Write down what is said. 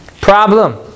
Problem